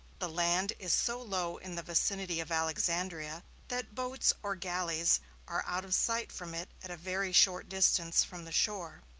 the land is so low in the vicinity of alexandria that boats or galleys are out of sight from it at a very short distance from the shore.